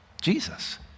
Jesus